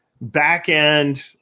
back-end